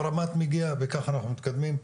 הרמ"ט מגיע וככה אנחנו מתקדמים.